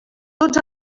tots